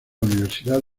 universidad